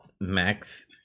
max